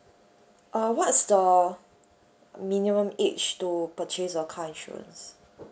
err what's the minimum age to purchase a car insurance